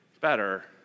better